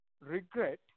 regret